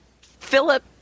Philip